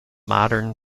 modern